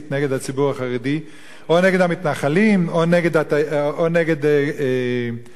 נגד הציבור החרדי או נגד המתנחלים או נגד החיילים,